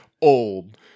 old